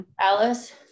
Alice